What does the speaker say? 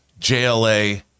JLA